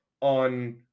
on